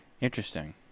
Interesting